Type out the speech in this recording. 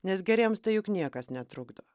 nes geriems tai juk niekas netrukdo